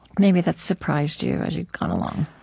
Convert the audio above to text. maybe that's surprised you, as you've gone along